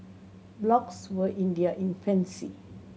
blogs were in their infancy